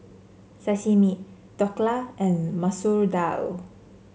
Sashimi Dhokla and Masoor Dal